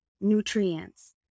nutrients